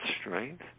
strength